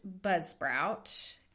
Buzzsprout